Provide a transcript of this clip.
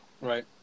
right